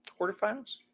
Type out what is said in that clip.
quarterfinals